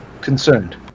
concerned